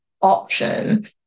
option